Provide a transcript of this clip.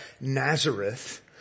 Nazareth